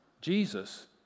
Jesus